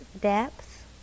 depth